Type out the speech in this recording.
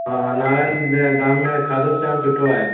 हा नारन मैदान में खाधो जाम सुठो आहे